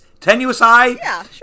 tenuous-eye